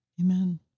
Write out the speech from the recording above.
Amen